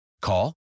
Call